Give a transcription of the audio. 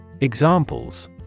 Examples